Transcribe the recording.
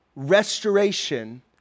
Restoration